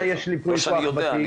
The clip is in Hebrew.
לא שאני יודע.